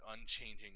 unchanging